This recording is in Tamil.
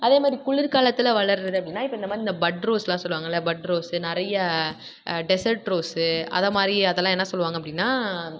அதே மாதிரி குளிர்காலத்தில் வளர்கிறது அப்படின்னா இப்போ இந்த மாதிரி இந்த பட்ரோஸ்லாம் சொல்வாங்கள்ல பட்ரோஸு நிறையா டெசர்ட் ரோஸு அது மாதிரி அதெல்லாம் என்ன சொல்வாங்க அப்படின்னா